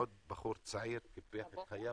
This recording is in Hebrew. עוד בחור צעיר קיפח את חייו,